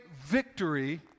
victory